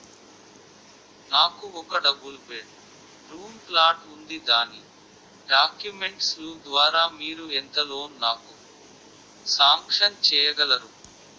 నాకు ఒక double bedroom flat ఉంది దాని డాక్యుమెంట్స్ లు ద్వారా మీరు ఎంత లోన్ నాకు సాంక్షన్ చేయగలరు?